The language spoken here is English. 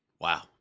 Wow